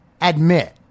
admit